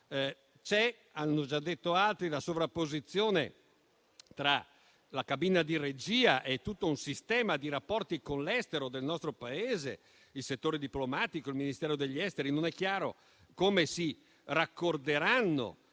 modo. Hanno già detto altri che c'è la sovrapposizione tra la cabina di regia e tutto un sistema di rapporti con l'estero del nostro Paese, che include il settore diplomatico e il Ministero degli affari esteri. Non è chiaro come si raccorderanno